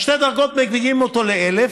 שתי הדרגות מביאות אותו ל-1,000,